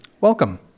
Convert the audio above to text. welcome